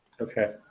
Okay